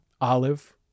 olive